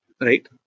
right